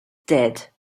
dead